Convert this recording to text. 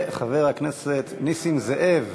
חבר הכנסת נסים זאב,